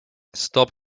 stop